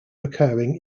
occurring